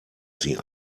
sie